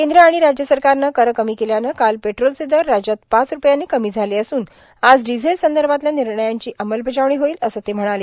कद्र आ्राण राज्य सरकारनं कर कमी केल्यानं काल पेट्रोलचे दर राज्यात पाच रुपयांनी कमी झाले असून आज डिझेल संदभातल्या र्नणयांची अंमलबजावणी होईल असं ते म्हणाले